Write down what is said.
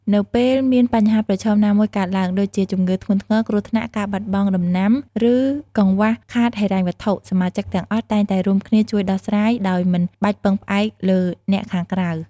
នៅពេលមានបញ្ហាប្រឈមណាមួយកើតឡើង ដូចជាជំងឺធ្ងន់ធ្ងរ គ្រោះថ្នាក់ ការបាត់បង់ដំណាំ ឬកង្វះខាតហិរញ្ញវត្ថុ សមាជិកទាំងអស់តែងតែរួមគ្នាជួយដោះស្រាយ ដោយមិនបាច់ពឹងផ្អែកលើអ្នកខាងក្រៅ។